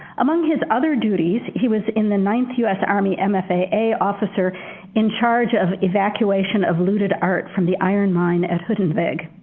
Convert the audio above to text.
among his other duties he was in the ninth us army mfaa officer in charge of evacuation of looted art from the iron mine at.